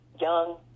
young